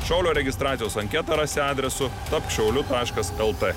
šaulio registracijos anketą rasi adresu tapk šauliu taškas lt